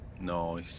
no